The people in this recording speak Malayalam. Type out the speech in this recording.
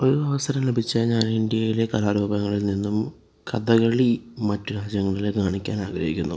ഒരവസരം ലഭിച്ചാല് ഞാൻ ഇന്ത്യയിലെ കലാ രൂപങ്ങളിൽ നിന്നും കഥകളി മറ്റു രാജ്യങ്ങളില് കാണിക്കാനാഗ്രഹിക്കുന്നു